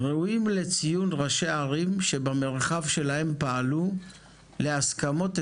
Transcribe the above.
ראויים לציון ראשי ערים שבמרחב שלהם פעלו להסכמות אזוריות.